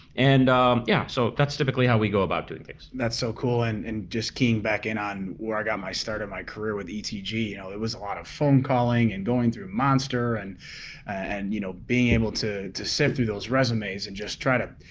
and yeah, so that's typically how we go about doing things. that's so cool. and and just keying back in on where i got my start in my career with etg, it was a lot of phone calling and going through monster and and you know being able to to sift through those resumes and just try to,